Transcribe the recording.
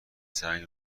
سنگ